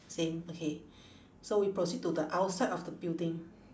same okay so we proceed to the outside of the building